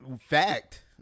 Fact